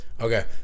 Okay